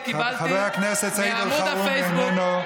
חבר הכנסת סעיד אלחרומי, איננו.